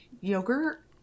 yogurt